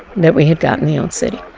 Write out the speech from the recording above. that we had gotten the old city.